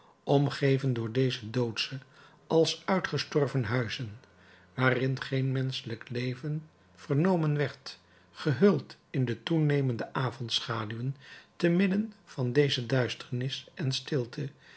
omgeven door deze doodsche als uitgestorven huizen waarin geen menschelijk leven vernomen werd gehuld in de toenemende avondschaduwen te midden van deze duisternis en stilte